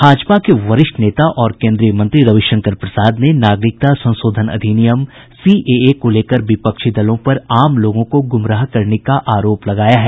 भाजपा के वरिष्ठ नेता और केन्द्रीय मंत्री रविशंकर प्रसाद ने नागरिकता संशोधन अधिनियम सीएए को लेकर विपक्षी दलों पर आम लोगों को गुमराह करने का आरोप लगाया है